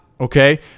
okay